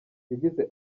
yagize